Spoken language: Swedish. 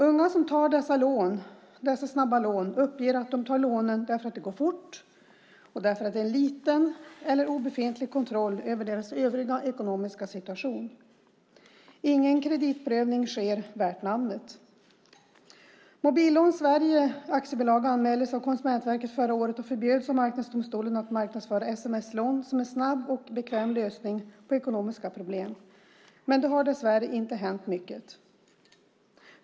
Unga som tar dessa snabba lån uppger att de tar lånen därför att det går fort och därför att det är en liten eller obefintlig kontroll av deras övriga ekonomiska situation. Ingen kreditprövning värd namnet sker. Mobillån Sverige AB anmäldes av Konsumentverket förra året och förbjöds av Marknadsdomstolen att marknadsföra sms-lån som en snabb och bekväm lösning på ekonomiska problem. Men det har dessvärre inte hänt mycket.